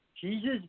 Jesus